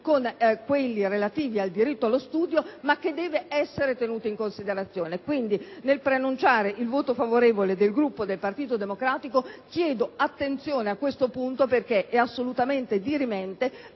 con quelli relativi al diritto allo studio, ma deve essere tenuto in considerazione. Quindi, nel preannunciare il voto favorevole del Gruppo del Partito Democratico, chiedo di prestare attenzione su questo punto, che e assolutamente dirimente